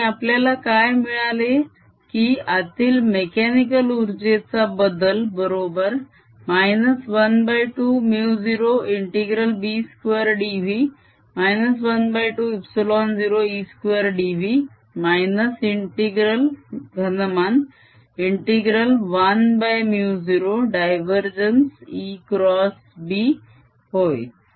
आणि आपल्याला काय मिळाले की आतील मेक्यानिकल उर्जेचा बदल बरोबर 12μ0∫B2 dv 12ε0E2 dv ∫घनमान ∫1μ0 डायवरजेन्स ExB होय